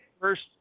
First